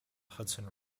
hudson